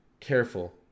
careful